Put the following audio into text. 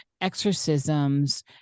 exorcisms